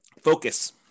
Focus